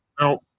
Now